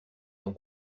ton